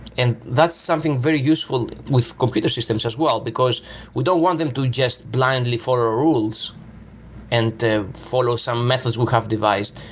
and that's something very useful with computer systems as well, because we don't want them to just blindly follow rules and to follow some methods we have devised.